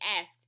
asked